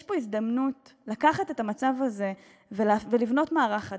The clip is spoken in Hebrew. יש פה הזדמנות לקחת את המצב הזה ולבנות מערך חדש,